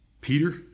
Peter